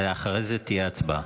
ואחרי זה תהיה הצבעה.